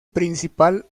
principal